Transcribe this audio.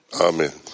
Amen